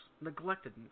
neglected